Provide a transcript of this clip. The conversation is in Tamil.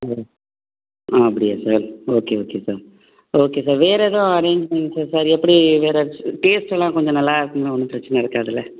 ம் ஆ அப்படியா சார் ஓகே ஓகே சார் ஆ ஓகே சார் வேறு எதுவும் அரேஞ்ச்மெண்ட்ஸு சார் எப்படி வேறு டேஸ்ட்டெல்லாம் கொஞ்சம் நல்லா இருக்கும்ல ஒன்றும் பிரச்சனை இருக்காதுல்ல